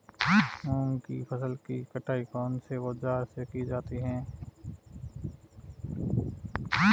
मूंग की फसल की कटाई कौनसे औज़ार से की जाती है?